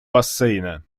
бассейна